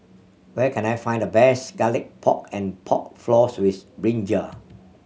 where can I find the best Garlic Pork and Pork Floss with brinjal